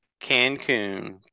Cancun